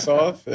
off